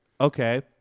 Okay